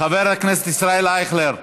חבר הכנסת ישראל אייכלר,